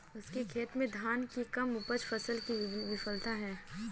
उसके खेत में धान की कम उपज फसल की विफलता है